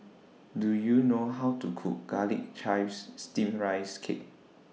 Do YOU know How to Cook Garlic Chives Steamed Rice Cake